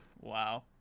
Wow